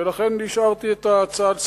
ולכן השארתי את ההצעה לסדר-היום.